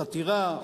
חתירה,